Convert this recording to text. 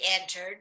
entered